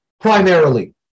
primarily